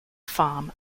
farm